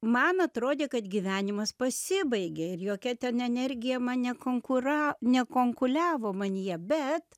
man atrodė kad gyvenimas pasibaigė ir jokia ten energija man nekonkura nekonkuliavo manyje bet